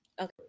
Okay